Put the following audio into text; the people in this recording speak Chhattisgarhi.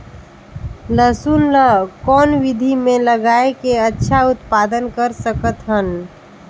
लसुन ल कौन विधि मे लगाय के अच्छा उत्पादन कर सकत हन?